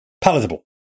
palatable